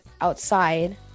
outside